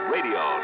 Radio